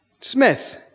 Smith